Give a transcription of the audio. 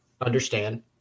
understand